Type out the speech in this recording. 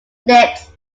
legs